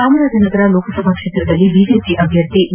ಚಾಮರಾಜನಗರ ಲೋಕಸಭಾ ಕ್ಷೇತ್ರದಲ್ಲಿ ಬಿಜೆಪಿ ಅಭ್ಯರ್ಥಿ ವಿ